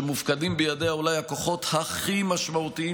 שמופקדים בידיה אולי הכוחות הכי משמעותיים